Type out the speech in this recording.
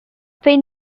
pin